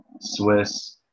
Swiss